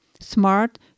smart